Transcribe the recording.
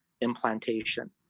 implantation